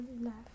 left